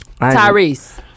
Tyrese